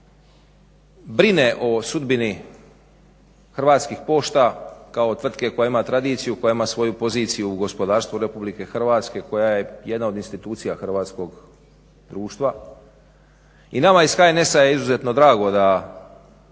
brine o sudbini Hrvatskih pošta kao tvrtke koja ima tradiciju, koja ima svoju poziciju u gospodarstvu RH, koja je jedna od institucija hrvatskog društva i nama iz HNS-a je izuzetno drago da